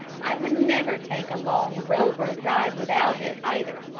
i would never take a long railroad ride without it, eyether.